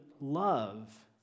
love